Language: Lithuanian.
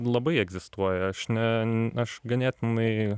labai egzistuoja aš ne aš ganėtinai